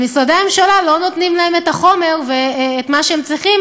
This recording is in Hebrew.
משרדי הממשלה לא נותנים להם את החומר ואת מה שהם צריכים